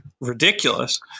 ridiculous